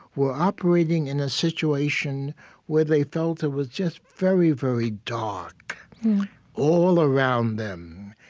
were operating in a situation where they felt it was just very, very dark all around them.